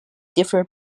differ